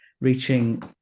reaching